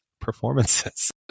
performances